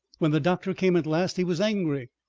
when the doctor came at last he was angry.